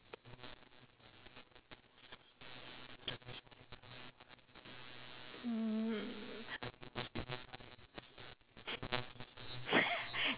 mm